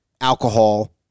alcohol